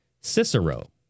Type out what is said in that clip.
Cicero